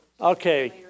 Okay